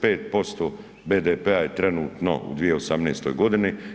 5% BDP-a je trenutno u 2018. godini.